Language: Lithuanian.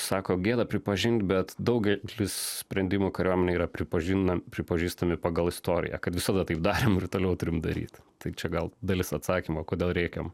sako gėda pripažint bet daugelis sprendimų kariuomenėj yra pripažina pripažįstami pagal istoriją kad visada taip darėm ir toliau turim daryt tai čia gal dalis atsakymo kodėl rėkiam